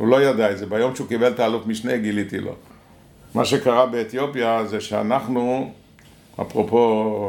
הוא לא ידע את זה. ביום שהוא קיבל ת'אלוף משנה גיליתי לו, מה שקרה באתיופיה זה שאנחנו אפרופו